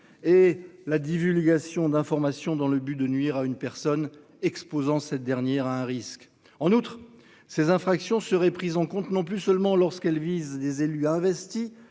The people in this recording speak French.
et la divulgation d'informations dans le but de nuire à une personne exposant cette dernière a un risque en outre ces infractions seraient prises en compte, non plus seulement lorsqu'elles visent des élus investis